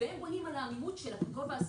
והם בונים על העמימות של גובה הסכום,